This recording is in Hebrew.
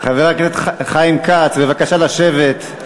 חבר הכנסת חיים כץ, בבקשה לשבת.